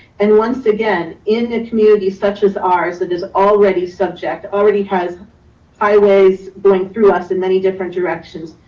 and once again, in the community, such as ours, that is already subject already has highways going through us in many different directions,